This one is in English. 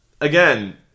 again